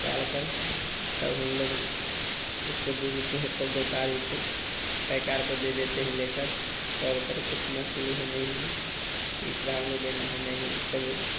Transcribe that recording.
निकालकर तब हम लोग उसको दे देते हैं पर व्यापारी को पैकार को दे देते हैं लेकर तोलकर कितना किलो है नहीं हैं किस भाव में देना है नहीं सब